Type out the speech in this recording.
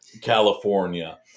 California